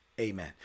amen